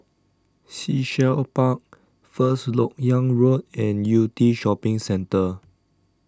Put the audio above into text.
Sea Shell Park First Lok Yang Road and Yew Tee Shopping Centre